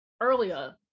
earlier